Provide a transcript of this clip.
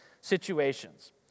situations